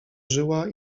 żyła